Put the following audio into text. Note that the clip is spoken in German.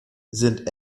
sind